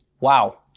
Wow